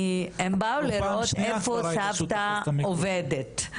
היא אמירה שבאה להגיד יש תופעה חדשה,